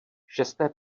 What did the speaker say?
šesté